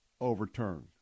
overturned